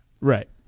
Right